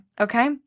Okay